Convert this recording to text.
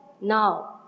now